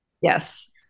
Yes